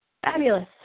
fabulous